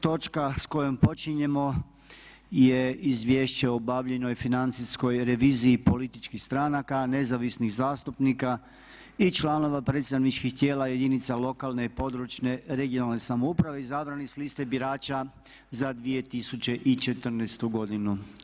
Točka s kojom počinjemo je Izvješće o obavljenoj financijskoj reviziji političkih stranaka, nezavisnih zastupnika i članova predstavničkih tijela jedinica lokalne i područne (regionalne) samouprave izabranih s liste birača za 2014. godinu.